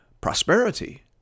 prosperity